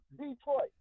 Detroit